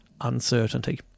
uncertainty